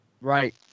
Right